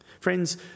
Friends